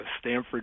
Stanford